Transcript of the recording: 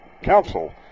Council